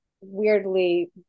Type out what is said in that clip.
weirdly